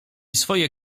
swoje